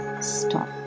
stop